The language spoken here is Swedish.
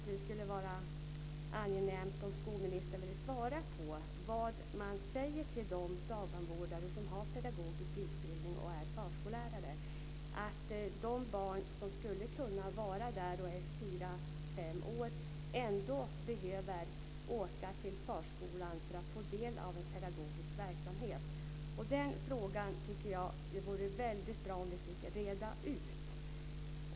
Det vore angenämt om skolministern berättade vad man säger till de dagbarnvårdare som har pedagogisk utbildning och är förskollärare om de barn i 4 5-årsåldern som skulle kunna vistas hos en sådan dagbarnvårdare, men som ändå måste transporteras till en förskola för att få del av en pedagogisk verksamhet. Det vore väldigt bra om man fick den frågan utredd.